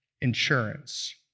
insurance